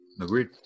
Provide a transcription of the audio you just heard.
agreed